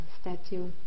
statue